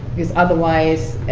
because otherwise,